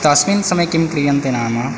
तस्मिन् समये किं क्रियन्ते नाम